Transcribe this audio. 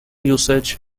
usage